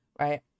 right